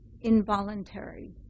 involuntary